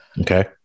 Okay